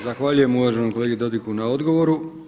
Zahvaljujem uvaženom kolegi Dodigu na odgovoru.